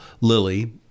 Lily